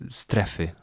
strefy